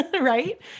Right